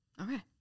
Okay